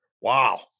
Wow